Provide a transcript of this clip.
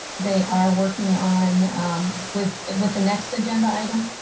they are working on with with the next agenda item,